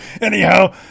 Anyhow